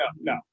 no